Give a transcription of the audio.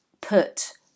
put